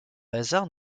hasard